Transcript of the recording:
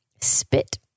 spit